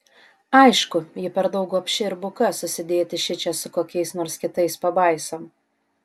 aišku ji per daug gobši ir buka susidėti šičia su kokiais nors kitais pabaisom